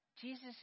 Jesus